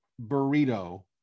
burrito